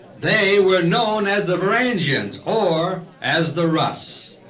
they were known as the varangians, or as the rus.